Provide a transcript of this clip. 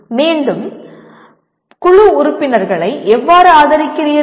மீண்டும் குழு உறுப்பினர்களை எவ்வாறு ஆதரிக்கிறீர்கள்